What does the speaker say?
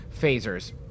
phasers